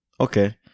Okay